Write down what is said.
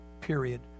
period